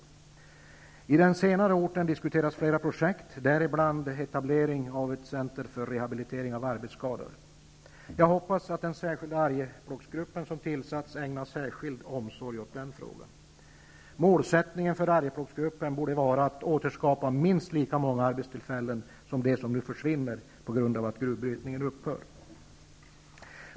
På den senare orten diskuteras flera projekt, däribland etablering av ett center för rehabilitering av arbetsskadade. Jag hoppas att den särskilda Arjeplogsgruppen som tillsatts ägnar särskild omsorg åt den frågan. Målsättningen för Arjeplogsgruppen borde vara att återskapa minst lika många arbetstillfällen som de som nu försvinner på grund av att gruvbrytningen upphör.